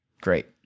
Great